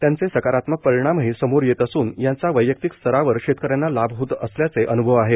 त्याचे सकारात्मक परिणामही समोर येत असून याचा वैयक्तिक स्तरावर शेतकऱ्यांना लाभ होत असल्याचं अन्भव आहे